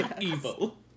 evil